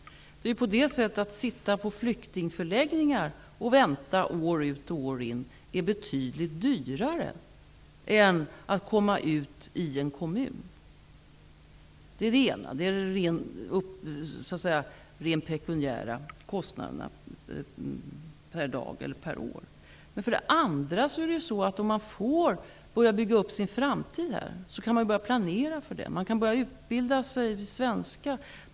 Att människor sitter på flyktingförläggningar och väntar år ut och år in är betydligt dyrare än att de kommer ut i en kommun. Det handlar om de rent pekuniära kostnaderna per dag eller per år. För det andra: Om de får börja bygga upp sin framtid här kan de ju planera för den. De kan utbilda sig i svenska.